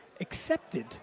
accepted